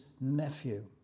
nephew